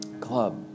Club